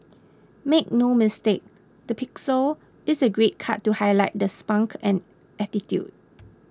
make no mistake the pixel is a great cut to highlight the spunk and attitude